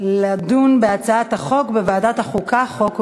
לדון בהצעת החוק בוועדת החוקה, חוק ומשפט.